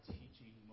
teaching